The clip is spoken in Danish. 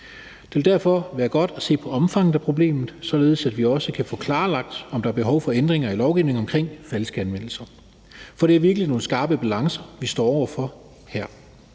Det vil derfor være godt at se på omfanget af problemet, således at vi også kan få klarlagt, om der er behov for ændringer i lovgivningen om falske anmeldelser. For det er virkelig nogle skarpe balancer, vi står over for her.